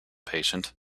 patient